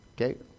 Okay